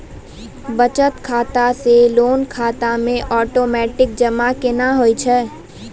बचत खाता से लोन खाता मे ओटोमेटिक जमा केना होय छै?